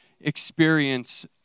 experience